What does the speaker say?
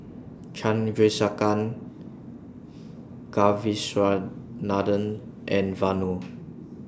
Chandrasekaran Kasiviswanathan and Vanu